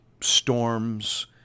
storms